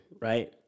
right